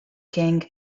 king